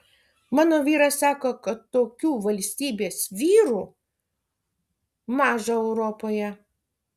mano vyras sako kad tokių valstybės vyrų maža europoje